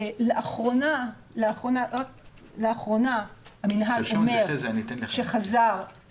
לאחרונה המינהל אומר שחזר --- תרשום את זה,